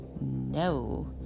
No